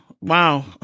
wow